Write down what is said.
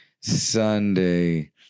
Sunday